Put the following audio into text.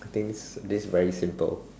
thinks this very simple